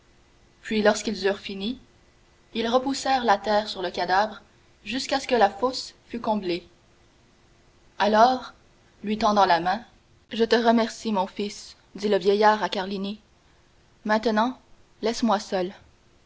puis lorsqu'ils eurent fini ils repoussèrent la terre sur le cadavre jusqu'à ce que la fosse fût comblée alors lui tendant la main je te remercie mon fils dit le vieillard à carlini maintenant laisse-moi seul